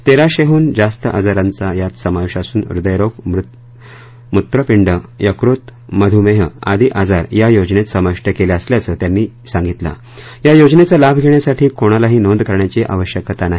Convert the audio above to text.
तेराशेहन जास्त आजारांचा यात समावेश असून ह्दय रोग मुत्रपींड यकृत मधुमेह आदी आजार या योजनेत समाविष्ट केले असल्याचं त्यांनी सांगितलं या योजनेचा लाभ घेण्यासाठी कोणालाही नोंद करण्याची आवश्यकता नाही